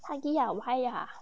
huggie 咬它啊